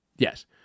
Yes